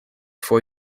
for